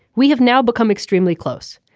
we have now become extremely close.